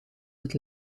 het